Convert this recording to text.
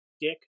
dick